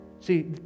See